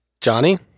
Johnny